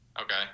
okay